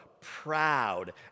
proud